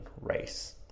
race